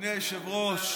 אדוני היושב-ראש,